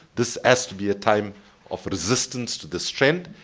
this has to be a time of resistance to this trend.